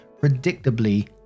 predictably